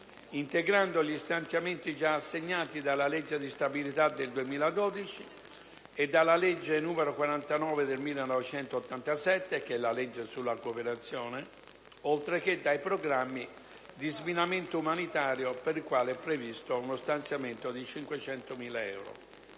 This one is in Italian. integrando gli stanziamenti già assegnati dalla legge di stabilità del 2012 e dalla legge n. 49 del 1987, oltre che dai programmi di sminamento umanitario per i quali è previsto uno stanziamento di 500.000 euro.